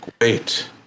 Wait